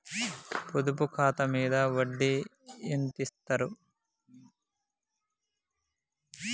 పొదుపు ఖాతా మీద వడ్డీ ఎంతిస్తరు?